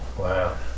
Wow